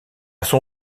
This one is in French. son